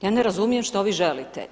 Ja ne razumijem što vi želite?